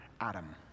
adam